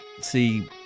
see